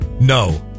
No